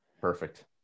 Perfect